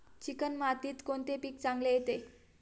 Chicken मातीत कोणते पीक चांगले येते?